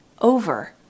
over